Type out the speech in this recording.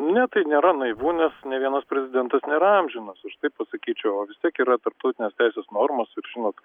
ne tai nėra naivu nes nė vienas prezidentas nėra amžinas aš taip pasakyčiau o vis tiek yra tarptautinės teisės normos ir žinot